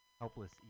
Helpless